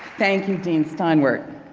thank you, dean steinwert.